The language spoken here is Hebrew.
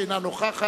אינה נוכחת,